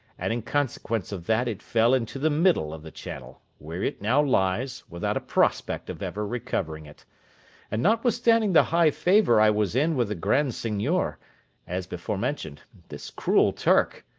and in consequence of that it fell into the middle of the channel, where it now lies, without a prospect of ever recovering it and notwithstanding the high favour i was in with the grand seignior, as before mentioned, this cruel turk,